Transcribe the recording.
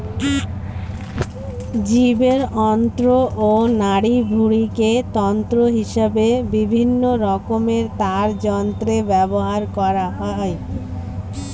জীবের অন্ত্র ও নাড়িভুঁড়িকে তন্তু হিসেবে বিভিন্ন রকমের তারযন্ত্রে ব্যবহার করা হয়